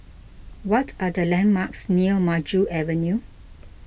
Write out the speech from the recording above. what are the landmarks near Maju Avenue